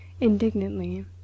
indignantly